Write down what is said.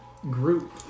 Group